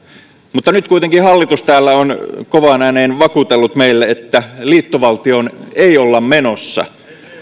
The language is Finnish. mutta nyt kuitenkin hallitus on täällä kovaan ääneen vakuutellut meille että liittovaltioon ei olla menossa